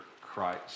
christ